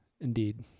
Indeed